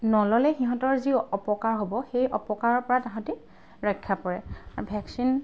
নল'লে সিহঁতৰ যি অপকাৰ হ'ব সেই অপকাৰৰপৰা তাহাঁতি ৰক্ষা পৰে আৰু ভেকচিন